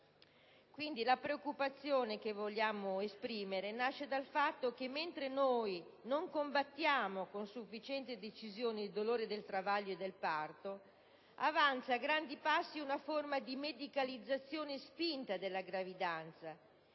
La preoccupazione che vogliamo esprimere nasce dal fatto che, mentre non combattiamo con sufficiente decisione il dolore del travaglio e del parto, avanza a grandi passi una forma di medicalizzazione spinta della gravidanza,